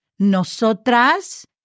Nosotras